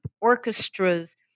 orchestras